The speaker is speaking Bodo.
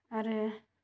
आरो